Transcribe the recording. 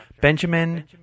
Benjamin